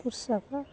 କୃଷକ